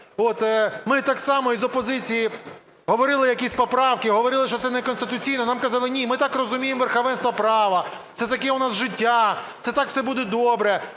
Ми так само із опозиції говорили якісь поправки, говорили, що це неконституційно. Нам казали: ні, ми так розуміємо верховенство право, це таке у нас життя, це так все буде добре.